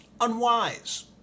unwise